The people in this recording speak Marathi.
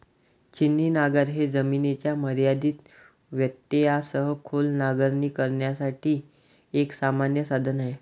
छिन्नी नांगर हे जमिनीच्या मर्यादित व्यत्ययासह खोल नांगरणी करण्यासाठी एक सामान्य साधन आहे